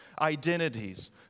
identities